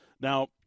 Now